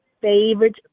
favorite